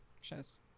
shows